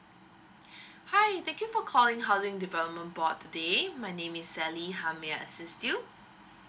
hi thank you for calling housing development board today my name is sally how may I assist you